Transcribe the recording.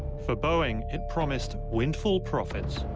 for boeing it promised windfall profits.